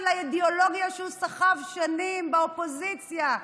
האידיאולוגיה שהוא סחב שנים באופוזיציה,